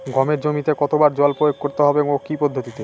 গমের জমিতে কতো বার জল প্রয়োগ করতে হবে ও কি পদ্ধতিতে?